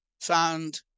found